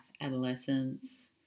adolescence